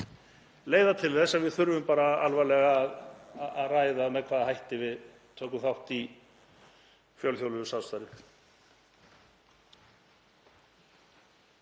leiða til þess að við þurfum alvarlega að ræða með hvaða hætti við tökum þátt í fjölþjóðlegu samstarfi.